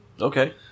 Okay